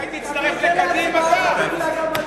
אולי תצטרף לקדימה גם,